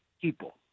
people